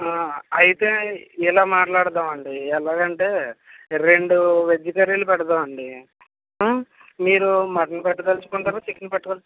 అయితే ఇలా మాట్లాడుదామండి ఎలాగంటే రెండు వెజ్ కర్రీలు పెడదామండి మీరు మటన్ పెట్టదలుచుకుంటారో చికెన్ పెట్టదలుచుకుంటారో